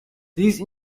these